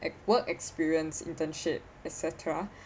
at work experience internship et cetera